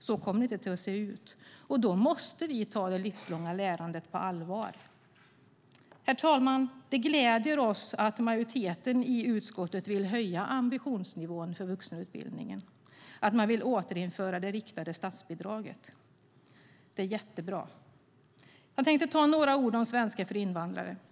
Så kommer det inte att se ut, och då måste vi ta det livslånga lärandet på allvar. Herr talman! Det gläder oss att majoriteten i utskottet vill höja ambitionsnivån för vuxenutbildningen och att man vill återinföra det riktade statsbidraget. Det är jättebra. Jag tänkte säga några ord om svenska för invandrare.